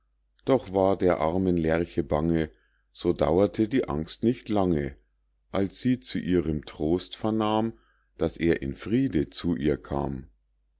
doch war der armen lerche bange so dauerte die angst nicht lange als sie zu ihrem trost vernahm daß er in friede zu ihr kam